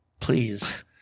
Please